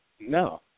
no